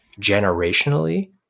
generationally